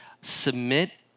submit